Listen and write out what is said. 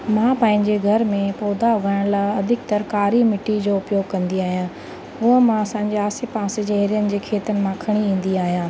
मां पंहिंजे घर में पौधा उगाइण लाइ अधिकतर कारी मिट्टी जो उपयोग कंदी आहियां हूअं मां असांजे आसे पासे जे एरियनि जे खेतनि मां खणी ईंदी आहियां